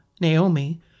Naomi